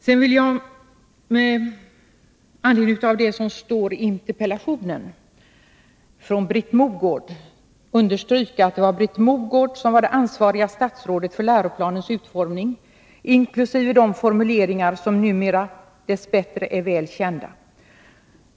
Sedan vill jag med anledning av det som står i interpellationen från Britt Mogård understryka att det var Britt Mogård som var det ansvariga statsrådet för läroplanens utformning inkl. de formuleringar som numera dess bättre är väl kända.